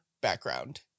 background